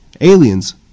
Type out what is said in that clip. Aliens